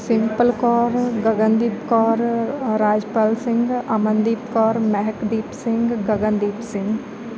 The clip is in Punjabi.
ਸਿੰਪਲ ਕੌਰ ਗਗਨਦੀਪ ਕੌਰ ਰਾਜਪਾਲ ਸਿੰਘ ਅਮਨਦੀਪ ਕੌਰ ਮਹਿਕਦੀਪ ਸਿੰਘ ਗਗਨਦੀਪ ਸਿੰਘ